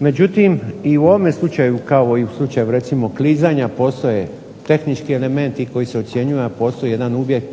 Međutim, i u ovome slučaju kao i u slučaju recimo klizanja postoje tehnički elementi koji se ocjenjuju, a postoji jedan uvijek